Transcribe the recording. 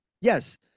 Yes